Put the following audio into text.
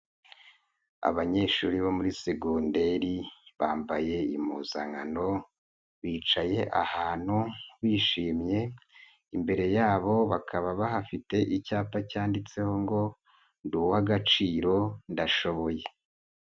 Abanyeshuri bo muri segondari bambaye impuzankano bicaye ahantu bishimye, imbere yabo bakaba bahafite icyapa cyanditseho ngo ndi uw'agaciro, ndashoboye.